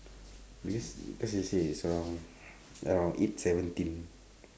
because cause you say it's around around eight seventeen